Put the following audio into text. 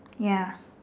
ya